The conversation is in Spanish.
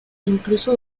incluso